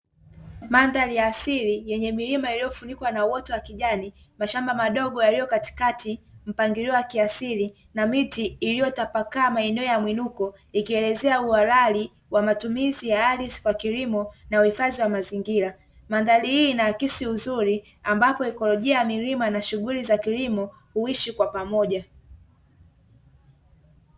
Mandhari ya asili yenye milima iliyofunikwa na uoto wa kijani mashamba madogo yaliyo katikati mpangilio wa kiasili na miti iliyotapakaa, maeneo ya mwinuko ikielezea uhalali wa matumizi ya kilimo na uhifadhi wa mazingira, mandhari hii inaakisi uzuri ambapo ekolojia ya milima na shughuli za kilimo huishi kwa pamoja.